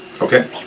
Okay